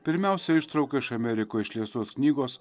pirmiausia ištrauka iš amerikoje išleistos knygos